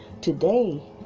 Today